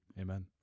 Amen